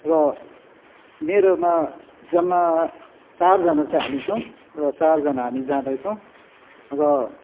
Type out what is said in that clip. र मेरोमा जम्मा चारजना चाहिँ हामी छौँ र चारजना हामी जाँदैछौँ र